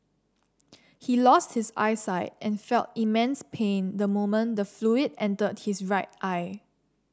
he lost his eyesight and felt immense pain the moment the fluid entered his right eye